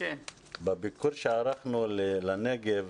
בביקור שערכנו לנגב,